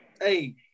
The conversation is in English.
Hey